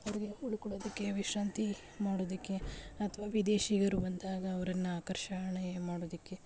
ಅವರಿಗೆ ಉಳ್ಕೊಳ್ಳೋದಕ್ಕೆ ವಿಶ್ರಾಂತಿ ಮಾಡೋದಕ್ಕೆ ಅಥ್ವಾ ವಿದೇಶಿಗರು ಬಂದಾಗ ಅವರನ್ನ ಆಕರ್ಷಣೆ ಮಾಡೋದಕ್ಕೆ